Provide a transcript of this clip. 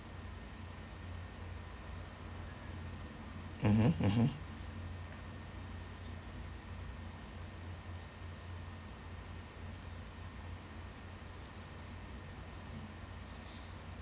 mmhmm mmhmm